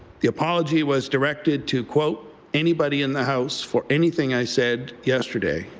the apology was directed to anybody in the house for anything i said yesterday.